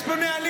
יש פה נהלים.